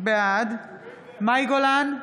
בעד מאי גולן,